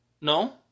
No